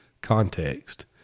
context